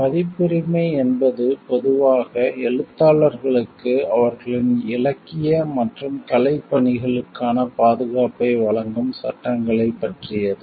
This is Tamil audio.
பதிப்புரிமை என்பது பொதுவாக எழுத்தாளர்களுக்கு அவர்களின் இலக்கிய மற்றும் கலைப் பணிகளுக்கான பாதுகாப்பை வழங்கும் சட்டங்களைப் பற்றியது